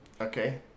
Okay